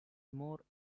more